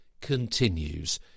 continues